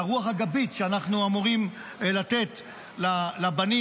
הרוח הגבית שאנחנו אמורים לתת לבנים,